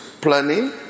Planning